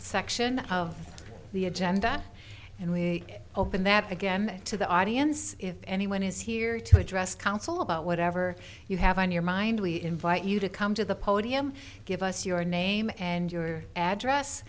section of the agenda and we're hoping that again to the audience if anyone is here to address council about whatever you have on your mind we invite you to come to the podium give us your name and your address